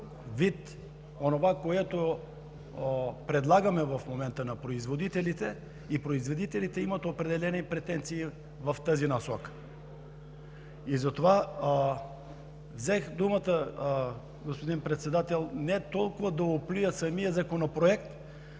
вид – онова, което предлагаме в момента на производителите, и производителите имат определени претенции в тази насока. Затова взех думата, господин Председател, не толкова да оплюя самия законопроект,